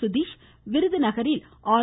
சுதீஷ் விருதுநகரில் ஆர்